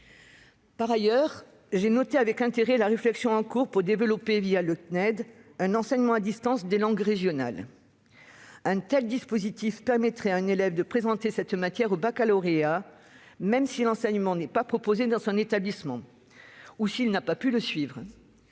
Par ailleurs, je suis avec intérêt la réflexion en cours pour développer, le CNED, un enseignement à distance des langues régionales. Un tel dispositif permettrait à un élève de présenter cette matière au baccalauréat, même si l'enseignement n'est pas proposé dans son établissement ou s'il n'a pas pu le suivre.